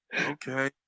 Okay